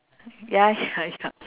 ya ya ya